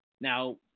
Now